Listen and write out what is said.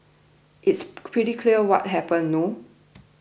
it's pretty clear what happened no